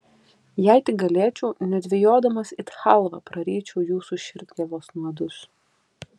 jei tik galėčiau nedvejodamas it chalvą praryčiau jūsų širdgėlos nuodus